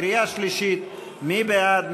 קריאה שלישית, מי בעד?